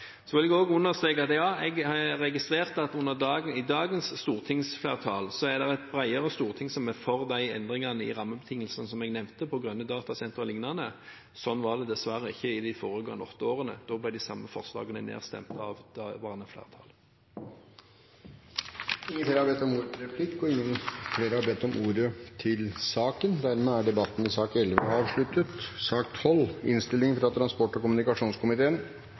Så vil jeg også understreke at jeg har registrert at blant dagens stortingsflertall er det et bredere storting som er for de endringene i rammebetingelsene som jeg nevnte, grønne datasentre o.l. Sånn var det dessverre ikke i de foregående åtte årene. Da ble de samme forslagene nedstemt av det vanlige flertallet. Replikkordskiftet er omme. Flere har ikke bedt om ordet til sak nr. 11. Etter ønske fra transport- og kommunikasjonskomiteen